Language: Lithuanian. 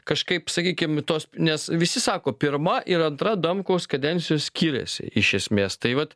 kažkaip sakykim tos nes visi sako pirma ir antra adamkaus kadencijos skiriasi iš esmės tai vat